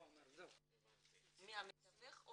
מי, המתווך?